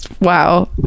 wow